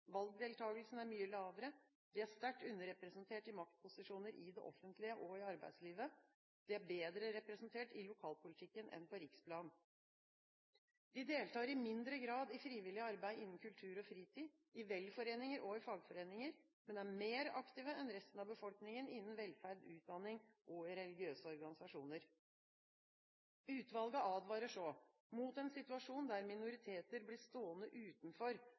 valgdeltakelsen er mye lavere, de er sterkt underrepresentert i maktposisjoner i det offentlige og i arbeidslivet, de er bedre representert i lokalpolitikken enn på riksplan. De deltar i mindre grad i frivillig arbeid innen kultur og fritid, i velforeninger og i fagforeninger, men er mer aktive enn resten av befolkningen innen velferd, utdanning og i religiøse organisasjoner. Utvalget advarer så mot en situasjon der minoriteter blir stående utenfor